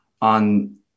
on